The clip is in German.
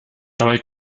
dabei